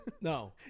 No